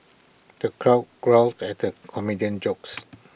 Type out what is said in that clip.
the crowd guffawed at the comedian's jokes